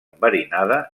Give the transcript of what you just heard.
enverinada